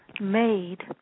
made